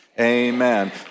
Amen